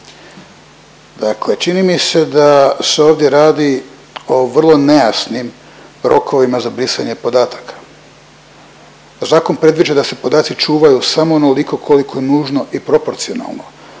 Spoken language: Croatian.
Dakle čini mi se da se ovdje radi o vrlo nejasnim rokovima za brisanje podataka. Zakon predviđa da se podaci čuvaju samo onoliko koliko je nužno i proporcionalno